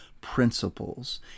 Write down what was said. principles